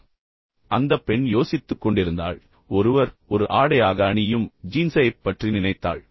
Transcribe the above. இப்போது அந்தப் பெண் யோசித்துக்கொண்டிருந்தாள் ஒருவர் ஒரு ஆடையாக அணியும் ஜீன்ஸைப் பற்றி நினைத்தாள்